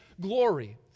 glory